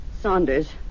Saunders